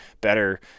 better